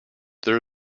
there